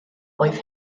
oedd